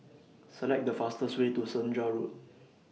Select The fastest Way to Senja Road